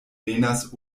venas